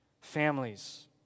families